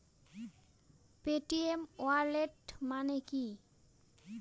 Paytm wallet মানে কি?